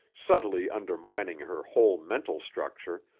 subtly undermining her whole mental structure,